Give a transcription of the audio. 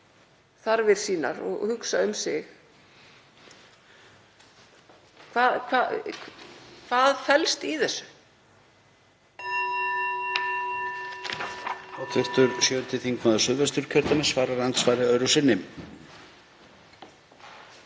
þarfir sínar og hugsa um sig? Hvað felst í þessu?